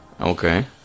Okay